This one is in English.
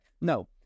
No